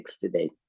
today